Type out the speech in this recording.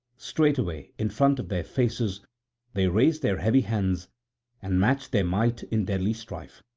straightway in front of their faces they raised their heavy hands and matched their might in deadly strife.